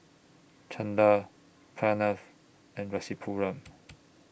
Chanda Pranav and Rasipuram